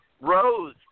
Rose